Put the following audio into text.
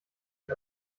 die